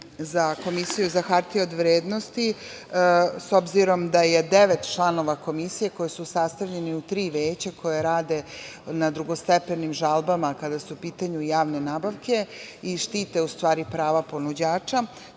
za Komisiju za hartije od vrednosti, s obzirom da je devet članova Komisije koji su sastavljeni u tri veća koja rade na drugostepenim žalbama kada su u pitanju javne nabavke i štite u stvari prava ponuđača,